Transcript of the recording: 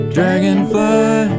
Dragonfly